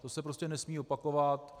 To se prostě nesmí opakovat.